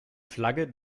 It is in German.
flagge